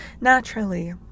naturally